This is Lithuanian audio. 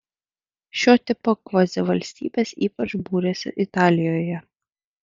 šio tipo kvazivalstybės ypač būrėsi italijoje